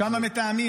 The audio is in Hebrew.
שם מתאמים,